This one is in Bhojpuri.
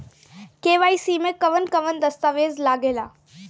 के.वाइ.सी में कवन कवन दस्तावेज लागे ला?